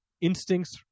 instincts